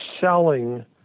selling